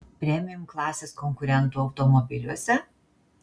premium klasės konkurentų automobiliuose